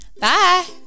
Bye